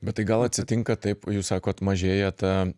bet tai gal atsitinka taip jūs sakot mažėja ta